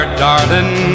darling